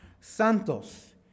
santos